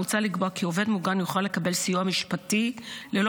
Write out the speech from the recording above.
מוצע לקבוע כי עובד מוגן יוכל לקבל סיוע משפטי ללא